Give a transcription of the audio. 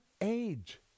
age